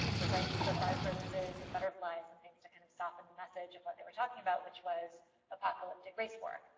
with like clip-art roses and butterflies and things to kind of soften the message of what they were talking about, which was apocalyptic race war.